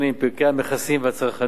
פרקי המכסים והצרכנות,